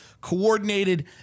coordinated